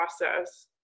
process